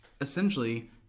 essentially